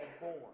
born